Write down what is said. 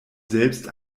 selbst